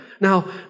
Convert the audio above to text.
Now